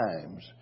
times